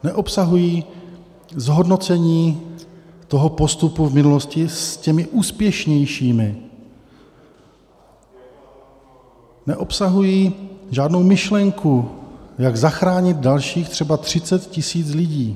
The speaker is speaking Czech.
Neobsahují zhodnocení postupu v minulosti s těmi úspěšnějšími, neobsahují žádnou myšlenku, jak zachránit dalších třeba 30 000 lidí.